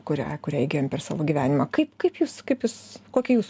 kurią kurią įgijom per savo gyvenimą kaip kaip jūs kaip jūs kokia jūsų